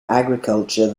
agriculture